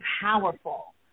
powerful